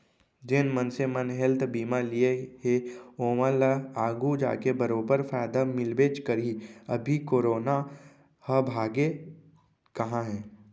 जेन मनसे मन हेल्थ बीमा लिये हें ओमन ल आघु जाके बरोबर फायदा मिलबेच करही, अभी करोना ह भागे कहॉं हे?